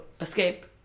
escape